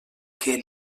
que